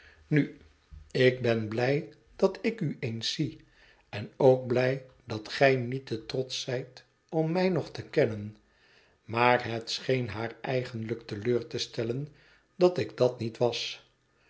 nu ik ben blij dat ik u eens zie en ook blij dat gij niet te trotsch zijt om mij nog te kennen maar het scheen haar eigenlijk te leur te stellen dat ik dat niet was